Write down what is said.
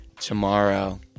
Tomorrow